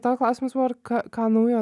tą klausimą ką naujo